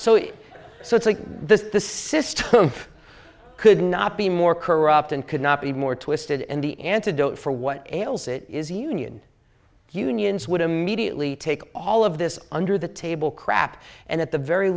if so it's like this the system could not be more corrupt and could not be more twisted and the antidote for what ails it is union unions would immediately take all of this under the table crap and at the very